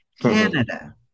Canada